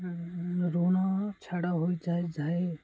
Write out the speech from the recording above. ଋଣ ଛାଡ଼ ହୋଇଯାଏ ଯାଏ